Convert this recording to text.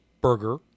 burger